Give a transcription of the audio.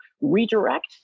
redirect